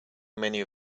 many